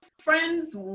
friends